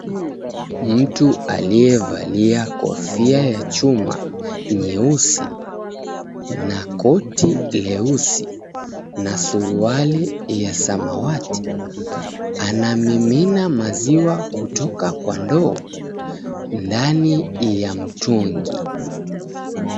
Mtu aliyevalia kofia ya chuma nyeusi na koti leusi na suruali ya samawati, anamimina maziwa kutoka kwa ndoo ndani ya mtungi.